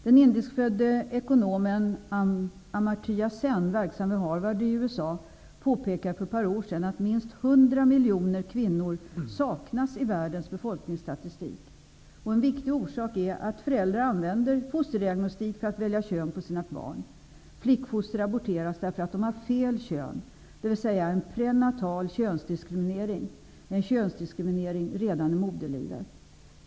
Den indiskfödde ekonomen Amartya Sen, verksam vid Harvard i USA, påpekade för ett par år sedan att minst 100 miljoner kvinnor saknas i världens befolkningsstatistik. En viktig orsak är att föräldrar använder fosterdiagnostik för att välja kön på sina barn. Flickfoster aborteras därför att de har ''fel'' kön, dvs. en prenatal könsdiskriminering. Det är fråga om könsdiskriminering redan i moderlivet.